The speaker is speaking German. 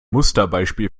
musterbeispiel